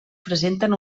presenten